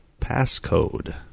passcode